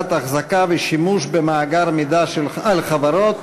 ההחזקה והשימוש במאגר מידע על חברות),